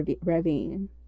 Ravine